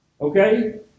Okay